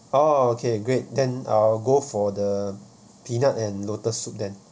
orh okay great then I'll go for the peanut and lotus soup then